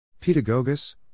Pedagogus